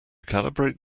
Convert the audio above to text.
calibrate